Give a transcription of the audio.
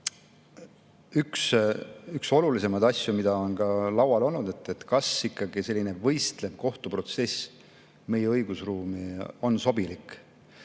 üks olulisemaid asju, mis on ka laual olnud: kas selline võistlev kohtuprotsess meie õigusruumi on sobilik?